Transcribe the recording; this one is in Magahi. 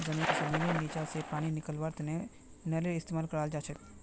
जमींनेर नीचा स पानी निकलव्वार तने नलेर इस्तेमाल कराल जाछेक